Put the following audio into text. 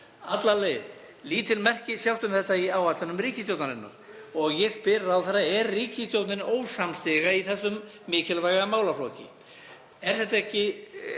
alla leið. Lítil merki sjást um þetta í áætlunum ríkisstjórnarinnar. Ég spyr ráðherra: Er ríkisstjórnin ósamstiga í þessum mikilvæga málaflokki? Er þetta ekki